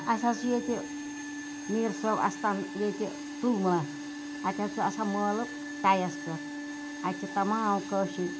اَسہِ حظ چھ ییٚتہِ میٖر صٲب آستان ییٚتہِ تُلمُلہ اَتہِ حظ چھُ آسان مٲلہٕ تَیَس پیٚٹھ اَتہِ چھِ تَمام کٲشِرۍ